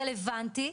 רלוונטי,